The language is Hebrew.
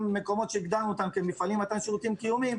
מקומות שהגדרנו אותם כמפעלים למתן שירותים קיומיים,